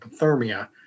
hypothermia